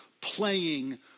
playing